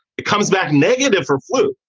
it comes back negative for flu,